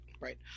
right